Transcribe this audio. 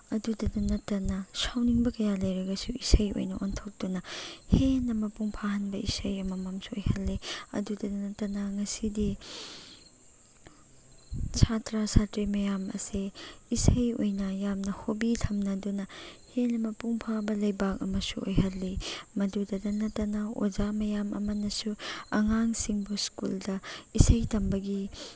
ꯑꯗꯨꯇ ꯅꯠꯇꯅ ꯁꯥꯎꯅꯤꯡꯕ ꯀꯌꯥ ꯂꯩꯔꯁꯨ ꯏꯁꯩ ꯑꯣꯏꯅ ꯑꯣꯟꯊꯣꯛꯇꯨꯅ ꯍꯦꯟꯅ ꯃꯄꯨꯡ ꯐꯥꯍꯟꯕ ꯏꯁꯩ ꯑꯃꯃꯝꯁꯨ ꯑꯣꯏꯍꯜꯂꯤ ꯑꯗꯨꯇ ꯅꯠꯇꯅ ꯉꯁꯤꯗꯤ ꯁꯥꯇ꯭ꯔ ꯁꯥꯇ꯭ꯔꯤ ꯃꯌꯥꯝ ꯑꯁꯦ ꯏꯁꯩ ꯑꯣꯏꯅ ꯌꯥꯝꯅ ꯍꯣꯕꯤ ꯊꯝꯅꯗꯨꯅ ꯍꯦꯟꯅ ꯃꯄꯨꯡ ꯐꯥꯕ ꯂꯩꯕꯥꯛ ꯑꯃꯁꯨ ꯑꯣꯏꯍꯜꯂꯤ ꯃꯗꯨꯗꯗ ꯅꯠꯇꯅ ꯑꯣꯖꯥ ꯃꯌꯥꯝ ꯑꯃꯅꯁꯨ ꯑꯉꯥꯡꯁꯤꯡꯕꯨ ꯁ꯭ꯀꯨꯜꯗ ꯏꯁꯩ ꯇꯝꯕꯒꯤ